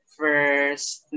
first